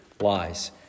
lies